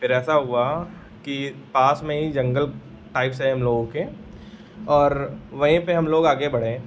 फिर ऐसा हुआ कि पास में ही जंगल टाइप से है हमलोगों के और वहीं पर हमलोग आगे बढ़े